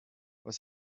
was